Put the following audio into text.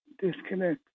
disconnect